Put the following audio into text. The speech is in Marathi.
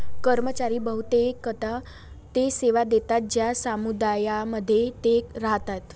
कर्मचारी बहुतेकदा ते सेवा देतात ज्या समुदायांमध्ये ते राहतात